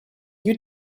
you